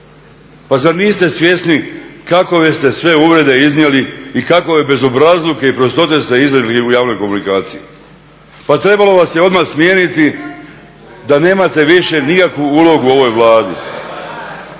Pa zar niste svjesni kakove ste sve uvrede iznijeli i kakove bezobrazluke i prostote ste izrekli u javnoj komunikaciji? Pa trebalo vas je odmah smijeniti da nemate više nikakvu ulogu u ovoj Vladi.